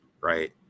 right